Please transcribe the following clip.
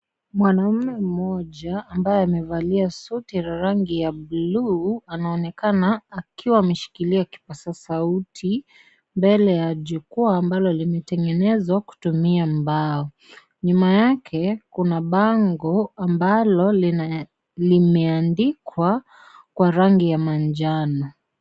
Mwanaume mmoja ambaye amevalia suti la rangi ya bluu anaonekana akiwa ameshikilia kipasa sauti mbele ya jukwaa ambalo limetengenezwa kutumia mbao. Nyuma yake kuna bango ambalo limeandikwa kwa rangi ya manjano.